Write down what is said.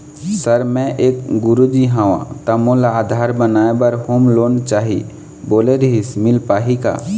Sir मे एक गुरुजी हंव ता मोला आधार बनाए बर होम लोन चाही बोले रीहिस मील पाही का?